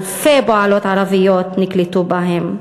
אלפי פועלות ערביות נקלטו בהם.